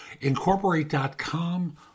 Incorporate.com